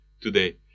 today